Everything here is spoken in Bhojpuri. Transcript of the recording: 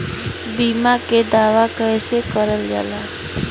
बीमा के दावा कैसे करल जाला?